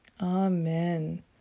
Amen